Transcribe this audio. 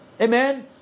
Amen